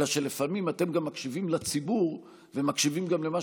אלא שלפעמים אתם גם מקשיבים לציבור ומקשיבים גם למה